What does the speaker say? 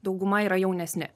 dauguma yra jaunesni